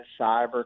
cyber